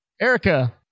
Erica